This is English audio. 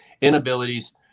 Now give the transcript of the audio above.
inabilities